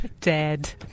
dead